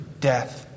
death